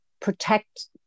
protect